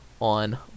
on